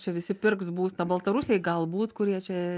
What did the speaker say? čia visi pirks būstą baltarusiai galbūt kurie čia